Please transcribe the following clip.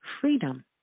freedom